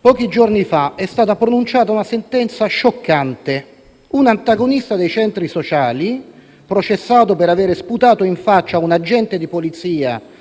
pochi giorni fa è stata pronunciata una sentenza scioccante: un antagonista dei centri sociali, processato per aver sputato in faccia ad un agente di polizia